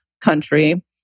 country